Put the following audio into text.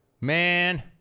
man